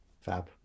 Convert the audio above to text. Fab